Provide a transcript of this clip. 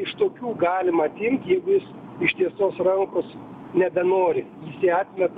iš tokių galima atimt jeigu jis ištiestos rankos nebenori jis ją atmeta